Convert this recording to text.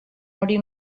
hori